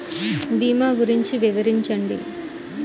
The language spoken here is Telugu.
భీమా గురించి వివరించండి?